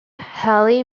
hale